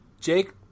Jake